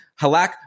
Halak